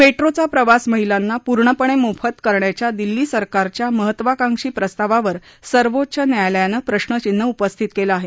मेट्रोचा प्रवास महिलांना पूर्णपणे मोफत करण्याच्या दिल्ली सरकारच्या महत्त्वाकांक्षी प्रस्तावावर सर्वोच्च न्यायालयानं प्रश्नचिन्ह उपस्थित केलंआहे